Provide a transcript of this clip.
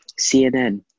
CNN